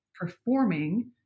performing